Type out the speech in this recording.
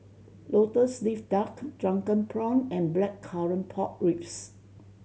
Lotus Leaf Duck drunken prawn and Blackcurrant Pork Ribs